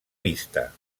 vista